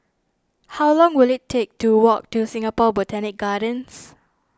how long will it take to walk to Singapore Botanic Gardens